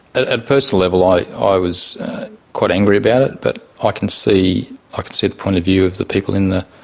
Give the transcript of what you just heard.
a personal level i i was quite angry about it, but ah i can see, i ah can see the point of view of the people in the